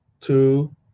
two